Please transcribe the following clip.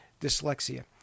dyslexia